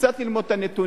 קצת ללמוד את הנתונים,